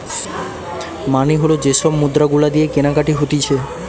মানি হল যে সব মুদ্রা গুলা দিয়ে কেনাকাটি হতিছে